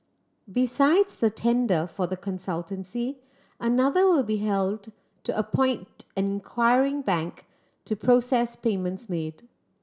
besides the tender for the consultancy another will be held to appoint an acquiring bank to process payments made